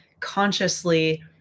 consciously